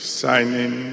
signing